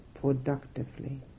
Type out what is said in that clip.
productively